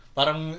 Parang